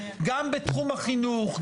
גם בתחום החינוך,